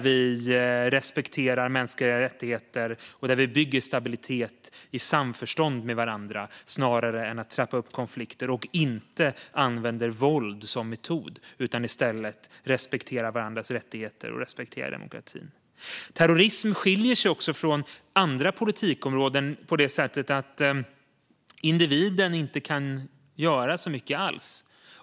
Vi respekterar mänskliga rättigheter och bygger stabilitet i samförstånd med varandra snarare än att trappa upp konflikter och använder inte våld som metod, utan i stället respekterar vi varandras rättigheter och demokrati. Terrorism skiljer sig också från andra politikområden på det sättet att individen inte kan göra så mycket alls.